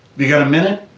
you got a minute?